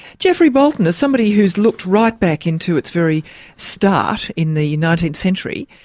geoffrey bolton, as somebody who's looked right back into its very start, in the nineteenth century,